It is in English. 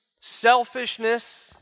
selfishness